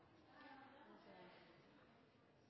der det